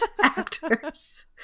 actors